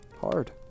hard